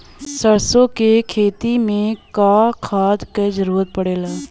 सरसो के खेती में का खाद क जरूरत पड़ेला?